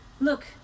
Look